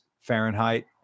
Fahrenheit